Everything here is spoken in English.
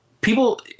people